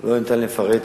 לא ניתן לפרט